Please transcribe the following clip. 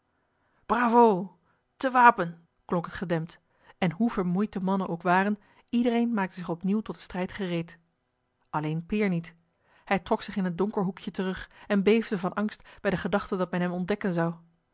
bravo te wapen klonk het gedempt en hoe vermoeid de mannen ook waren iedereen maakte zich opnieuw tot den strijd gereed alleen peer niet hij trok zich in een donker hoekje terug en beefde van angst bij de gedachte dat men hem ontdekken zou